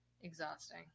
Exhausting